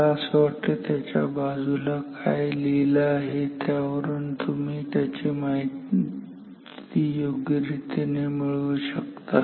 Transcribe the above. मला असं वाटते त्याच्या बाजूला काय लिहिलं आहे त्यावरून त्याची माहिती योग्यरीतीने मिळू शकते